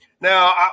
Now